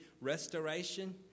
restoration